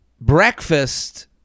Breakfast